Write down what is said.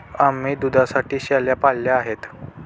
आम्ही दुधासाठी शेळ्या पाळल्या आहेत